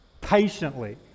patiently